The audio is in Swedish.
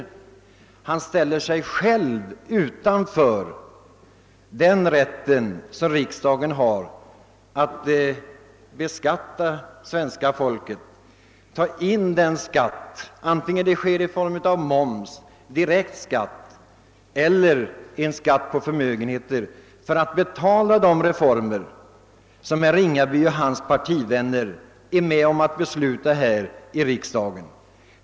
Herr Ringaby ställer sig själv utanför den rätt som riksdagen har att beskatta svenska folket, att ta ut skatt i form av moms, direkt skatt eller skatt på förmögenheter för att betala de reformer som herr Ringaby och hans partivänner är med om att besluta här i riksdagen.